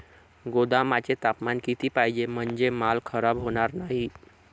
गोदामाचे तापमान किती पाहिजे? म्हणजे माल खराब होणार नाही?